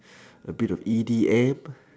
abit of E_D_M